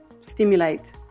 stimulate